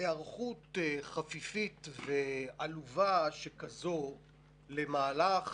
היערכות חפיפית ועלובה שכזו למהלך